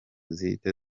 zihita